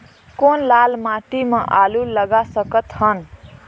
कौन लाल माटी म आलू लगा सकत हन?